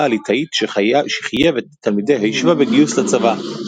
הליטאית שחייב את תלמידי הישיבה בגיוס לצבא,